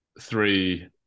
three